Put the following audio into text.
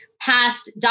passed